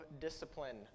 discipline